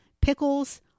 pickles